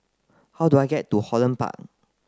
how do I get to Holland Park